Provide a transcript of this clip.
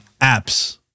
apps